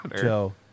Joe